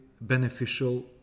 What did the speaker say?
beneficial